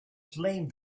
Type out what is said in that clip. flame